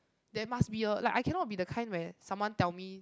there must be a like I cannot be the kind where someone tell me